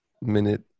minute